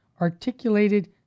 articulated